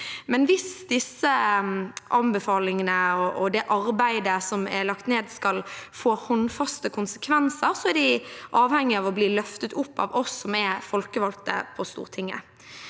Men hvis disse anbefalingene og det arbeidet som er lagt ned, skal få håndfaste konsekvenser, er man avhengig av at dette blir løftet opp av oss som er folkevalgte på Stortinget.